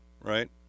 right